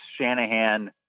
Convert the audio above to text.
Shanahan